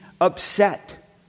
upset